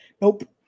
Nope